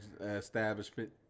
establishment